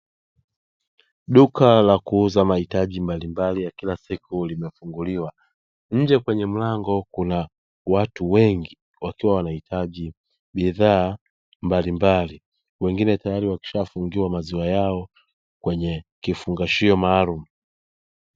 Duka la kuuza mahitaji mbalimbali ya kila siku limefunguliwa. Nje kwenye mlango kuna watu wengi wakiwa wanahitaji bidhaa mbalimbali. Wengine tayari wakishafungiwa maziwa yao kwenye kifungashio maalumu.